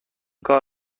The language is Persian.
کار